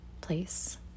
place